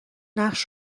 نقش